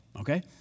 Okay